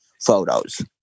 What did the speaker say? photos